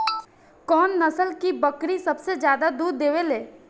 कौन नस्ल की बकरी सबसे ज्यादा दूध देवेले?